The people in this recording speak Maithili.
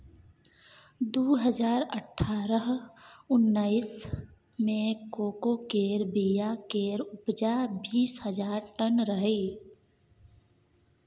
दु हजार अठारह उन्नैस मे कोको केर बीया केर उपजा बीस हजार टन रहइ